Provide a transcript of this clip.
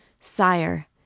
Sire